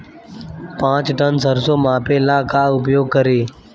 पाँच टन सरसो मापे ला का उपयोग करी?